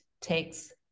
takes